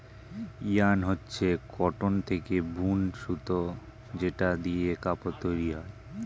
yarn হচ্ছে cotton থেকে বুন সুতো যেটা দিয়ে কাপড় তৈরী হয়